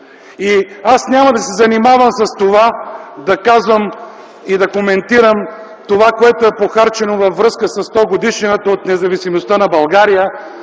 Аз няма да се занимавам с това да казвам и да коментирам това, което е похарчено във връзка със 100 - годишнината от независимостта на България